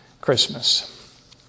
Christmas